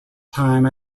time